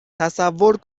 تصور